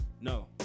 No